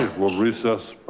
we'll recess.